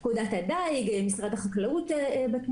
למשל פקודת הדיג, אז משרד החקלאות בתמונה.